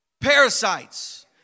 Parasites